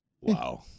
wow